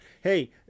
Hey